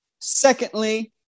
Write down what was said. Secondly